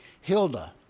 Hilda